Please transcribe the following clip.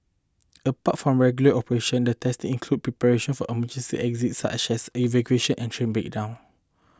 apart from regular operation the testing include preparation for emergency exists such as evacuation and train breakdown